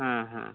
হ্যাঁ হ্যাঁ